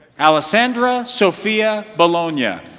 alessandra sophia bolognia.